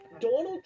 Donald